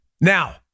Now